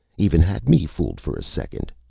even had me fooled for a second.